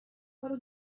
کار